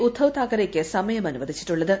ഉദ്ദവ് താക്കറെയ്ക്ക് സമയം അനുവദിച്ചിട്ടുള്ളത്